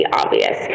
obvious